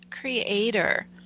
Creator